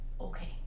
okay